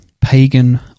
pagan